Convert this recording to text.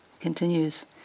continues